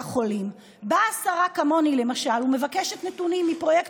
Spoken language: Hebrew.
שירות המדינה ולעשות את זה בצורה הרבה יותר